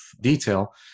detail